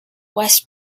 west